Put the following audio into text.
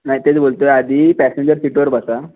नाही तेच बोलतो आहे आधी पॅसेंजर सीटवर बसा